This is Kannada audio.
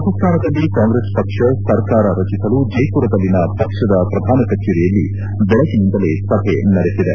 ರಾಜಸ್ತಾನದಲ್ಲಿ ಕಾಂಗ್ರೆಸ್ ಪಕ್ಷ ಸರ್ಕಾರ ರಚಿಸಲು ಜೈಪುರದಲ್ಲಿನ ಪಕ್ಷದ ಶ್ರಧಾನ ಕಚೇರಿಯಲ್ಲಿ ಬೆಳಗಿನಿಂದಲೇ ಸಭೆ ನಡೆಸಿದೆ